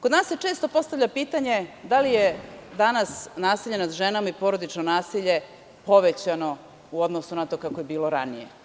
Kod nas se često postavlja pitanje da li je danas nasilje nad ženama i porodično nasilje povećano u odnosu na to kako je bilo ranije?